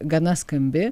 gana skambi